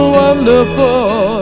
wonderful